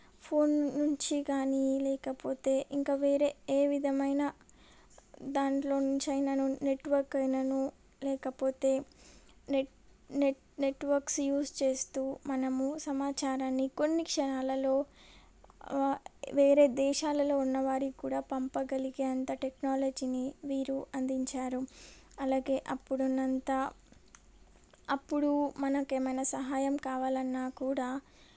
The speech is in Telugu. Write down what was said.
ఫోన్ నుంచి కానీ లేకపోతే ఇంకా వేరే ఏ విధమైన దాంట్లో నుంచి అయినను నెట్వర్క్ అయినను లేకపోతే నెట్ నెట్ నెట్వర్క్స్ యూస్ చేస్తూ మనము సమాచారాన్ని కొన్ని క్షణాలలో వేరే దేశాలలో ఉన్న వారికి కూడా పంపగలిగే అంత టెక్నాలజీని వీరు అందించారు అలాగే అప్పుడున్నంతా అప్పుడు మనకేమైనా సహాయం కావాలన్నా కూడా